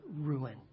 ruin